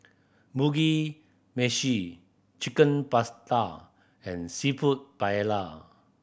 Mugi Meshi Chicken Pasta and Seafood Paella